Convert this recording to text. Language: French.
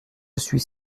suis